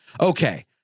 Okay